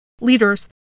leaders